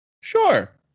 Sure